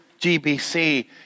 GBC